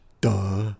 duh